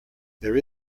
there